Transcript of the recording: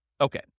Okay